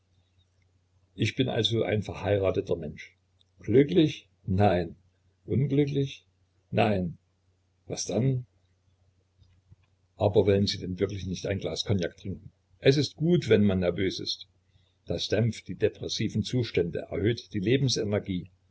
ich bin also ein verheirateter mensch glücklich nein unglücklich nein was denn aber wollen sie denn wirklich nicht ein glas kognak trinken es ist gut wenn man nervös ist das dämpft die depressiven zustände erhöht die